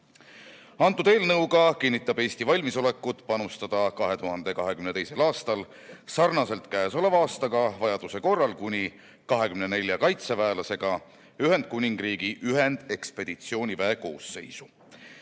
Eelnõuga kinnitab Eesti valmisolekut panustada 2022. aastal sarnaselt käesoleva aastaga vajaduse korral kuni 24 kaitseväelasega Ühendkuningriigi ühendekspeditsiooniväe